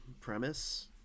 premise